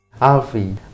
Alfie